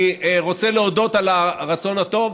אני רוצה להודות על הרצון הטוב,